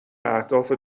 اهداف